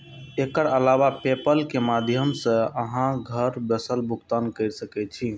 एकर अलावे पेपल के माध्यम सं अहां घर बैसल भुगतान कैर सकै छी